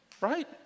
Right